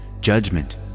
judgment